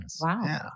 Wow